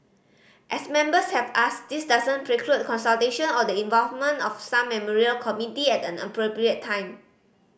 as Members have asked this doesn't preclude consultation or the involvement of some memorial committee at an appropriate time